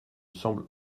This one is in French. semble